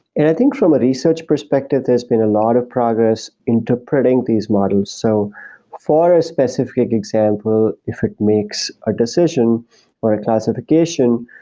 and i think from a research perspective, there's been a lot of progress interpreting these models. so for a specific example, if it makes a decision or a classification,